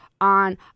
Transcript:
on